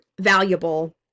valuable